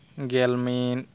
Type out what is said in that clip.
ᱜᱮᱞ ᱢᱤᱫ